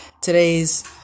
today's